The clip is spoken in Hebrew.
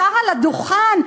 על הדוכן,